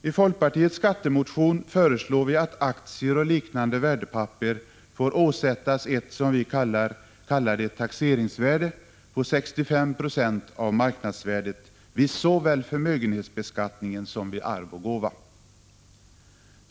I folkpartiets skattemotion föreslår vi att aktier och liknande värdepapper får åsättas ett som vi kallar det taxeringsvärde på 65 26 av marknadsvärdet vid såväl förmögenhetsbeskattningen som vid beskattningen av arv och gåva.